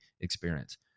experience